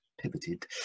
pivoted